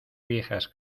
viejas